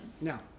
Now